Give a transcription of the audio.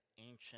ancient